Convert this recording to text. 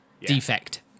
defect